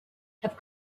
have